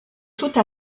toute